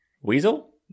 Weasel